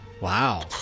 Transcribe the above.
Wow